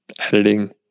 editing